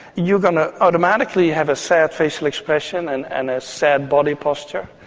you're going to automatically have a sad facial expression and and a sad body posture.